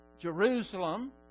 Jerusalem